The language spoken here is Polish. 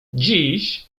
dziś